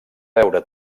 veure